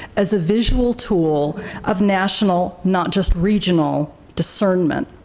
as a visual tool of national, not just regional, discernment.